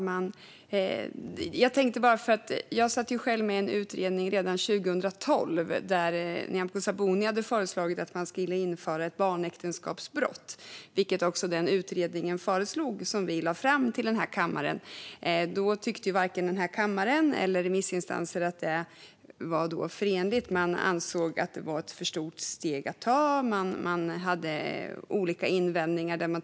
Herr talman! Jag satt själv med i en utredning redan 2012 där Nyamko Sabuni hade föreslagit att man skulle införa ett barnäktenskapsbrott. Det föreslogs också i det utredningsbetänkande som vi lade fram, men då tyckte varken denna kammare eller remissinstanserna att det var förenligt. Man ansåg att det var ett för stort steg att ta, och man hade olika invändningar.